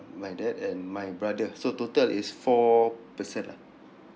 my dad and my brother so total is four person lah